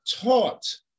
taught